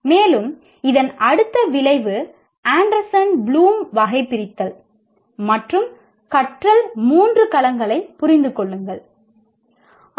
மேலும் இதன் அடுத்த விளைவு "ஆண்டர்சன் ப்ளூம்வகைபிரித்தல் மற்றும் கற்றல் 3 களங்களை புரிந்து கொள்ளுங்கள்"